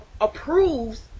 approves